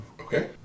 Okay